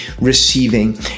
receiving